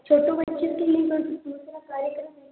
छोटे बच्चों के लिए कोई दूसरा कार्यकर्म है क्या